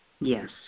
Yes